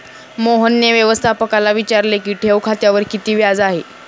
मोहनने व्यवस्थापकाला विचारले की ठेव खात्यावर किती व्याज आहे?